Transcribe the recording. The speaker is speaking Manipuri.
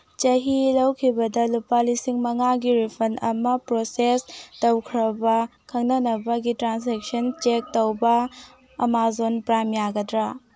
ꯆꯍꯤ ꯂꯧꯈꯤꯕꯗ ꯂꯨꯄꯥ ꯂꯤꯁꯤꯡ ꯃꯉꯥꯒꯤ ꯔꯤꯐꯟꯗ ꯑꯃ ꯄ꯭ꯔꯣꯁꯦꯁ ꯇꯧꯈꯔꯕ꯭ꯔ ꯈꯪꯅꯅꯕꯒꯤ ꯇ꯭ꯔꯥꯟꯖꯦꯛꯁꯟ ꯆꯦꯛ ꯇꯧꯕ ꯑꯃꯥꯖꯣꯟ ꯄ꯭ꯔꯥꯏꯝ ꯌꯥꯒꯗ꯭ꯔꯥ